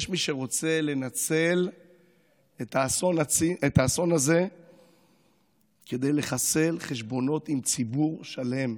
יש מי שרוצה לנצל את האסון הזה כדי לחסל חשבונות עם ציבור שלם,